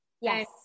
Yes